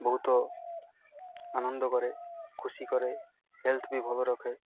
ବହୁତ ଆନନ୍ଦ କରେ ଖୁସି କରେ ହେଲ୍ଥ ବି ଭଲ ରଖେ